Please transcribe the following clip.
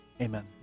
Amen